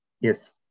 Yes